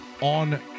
on